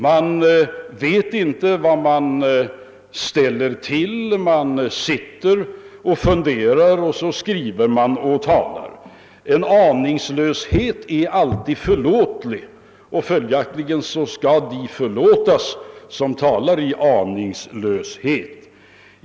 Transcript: Man vet inte vad man ställer till. Man sitter och funderar, och så skriver man och talar. En aningslöshet är alltid förlåtlig, och följaktligen skall de förlåtas som talar i aningslöshet.